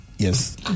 Yes